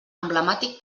emblemàtic